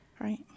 Right